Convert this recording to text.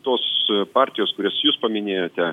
tos partijos kurias jūs paminėjote